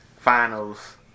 finals